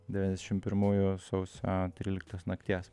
devyniasdešim pirmųjų sausio tryliktos nakties